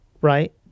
Right